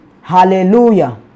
Hallelujah